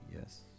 yes